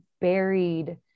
buried